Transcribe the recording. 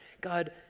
God